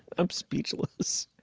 i'm speechless.